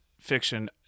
fiction—